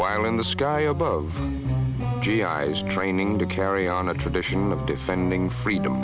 while in the sky above g i s training to carry on a tradition of defending freedom